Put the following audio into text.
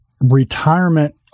retirement